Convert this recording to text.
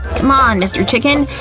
c'mon, mr. chicken,